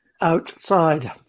outside